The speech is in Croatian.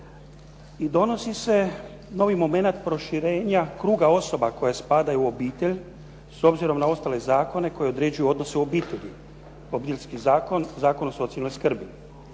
I donosi se novi momenat proširenja kruga osoba koje spadaju u obitelj s obzirom na ostale zakone koji određuju odnose u obitelji, Obiteljski zakon, Zakon o socijalnoj skrbi.